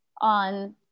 on